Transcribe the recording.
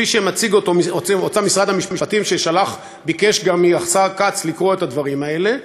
כפי ששלח משרד המשפטים וגם ביקש מהשר כץ לקרוא את הדברים האלה: